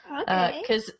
Okay